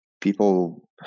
people